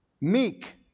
meek